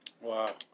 Wow